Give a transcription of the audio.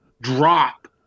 drop